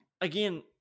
Again